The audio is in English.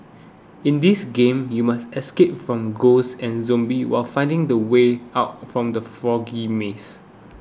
in this game you must escape from ghosts and zombies while finding the way out from the foggy maze